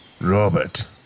Robert